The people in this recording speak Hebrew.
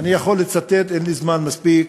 אני יכול לצטט, אין לי זמן מספיק: